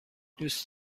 دوست